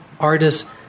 artists